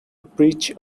breach